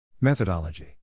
Methodology